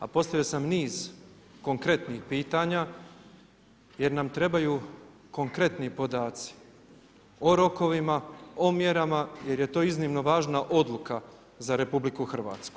A postavio sam niz konkretnih pitanja jer nam trebaju konkretni podaci, o rokovima, o mjerama jer je to iznimno važna odluka za RH.